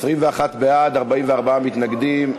21 בעד, 44 מתנגדים.